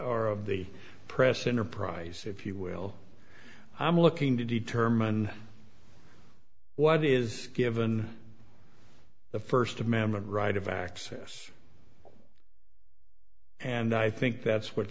or of the press enterprise if you will i'm looking to determine what is given the first amendment right of access and i think that's what